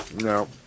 No